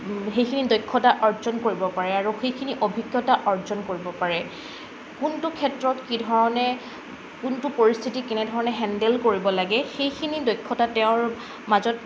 সেইখিনি দক্ষতা অৰ্জন কৰিব পাৰে আৰু সেইখিনি অভিজ্ঞতা অৰ্জন কৰিব পাৰে কোনটো ক্ষেত্ৰত কি ধৰণে কোনটো পৰিস্থিতি কেনে ধৰণে হেণ্ডেল কৰিব লাগে সেইখিনি দক্ষতা তেওঁৰ মাজত